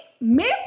Miss